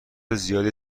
زیادی